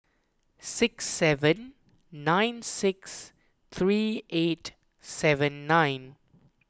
six seven nine six three eight seven nine